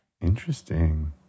Interesting